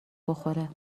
بخوره